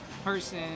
person